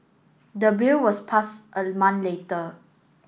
the bill was pass a month later